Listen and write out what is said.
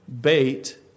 bait